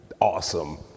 awesome